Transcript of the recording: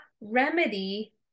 remedy